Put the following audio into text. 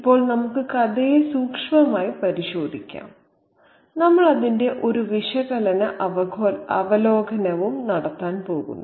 ഇപ്പോൾ നമുക്ക് കഥയെ സൂക്ഷ്മമായി പരിശോധിക്കാം നമ്മൾ അതിന്റെ ഒരു വിശകലന അവലോകനവും നടത്താൻ പോകുന്നു